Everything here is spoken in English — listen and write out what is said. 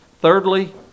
Thirdly